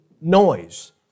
noise